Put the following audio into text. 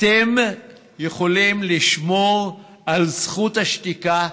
אתם יכולים לשמור על זכות השתיקה,